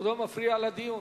כבודו מפריע לדיון.